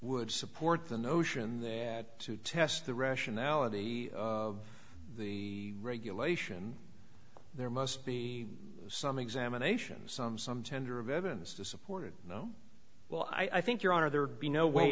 would support the notion that to test the rationality of the regulation there must be some examination some some tender of evidence to support it no well i think your honor there would be no way